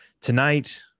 Tonight